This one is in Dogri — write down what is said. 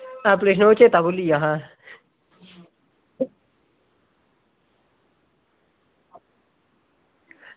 एप्लीकेशन दा चेत्ता भुल्ली गेदा हा